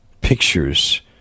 pictures